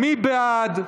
מי בעד?